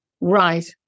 Right